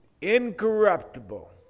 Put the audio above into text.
incorruptible